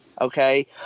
Okay